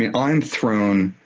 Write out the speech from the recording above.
yeah i'm thrown.